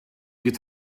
could